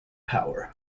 power